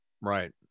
Right